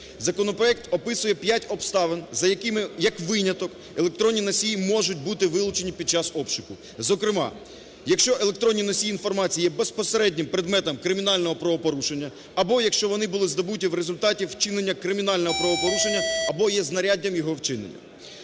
Законопроект описує п'ять обставин за якими як виняток електронні носії можуть бути вилучені під час обшуку. Зокрема, якщо електронні носії інформації є безпосереднім предметом кримінального правопорушення або якщо вони були здобуті в результаті вчинення кримінального правопорушення, або є знаряддям його вчинення.